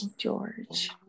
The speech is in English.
George